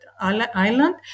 island